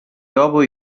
dopo